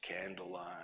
Candlelight